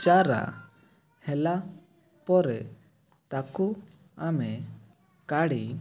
ଚାରା ହେଲା ପରେ ତାକୁ ଆମେ କାଢ଼ି